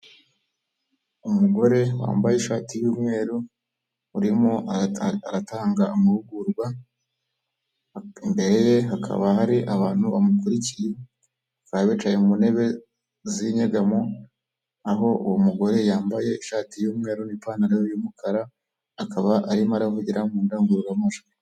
Umugore wambaye ishati y'umweru, urimo aratanga amahugurwa, imbere ye hakaba hari abantu bamukurikikiye bari bicaye mu ntebe z'inyegamo, aho uwo mugore yambaye ishati y'umweru n'ipantaro y'umukara, akaba arimo aravugira mu ndangururamajwi.